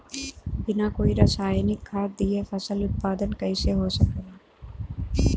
बिना कोई रसायनिक खाद दिए फसल उत्पादन कइसे हो सकेला?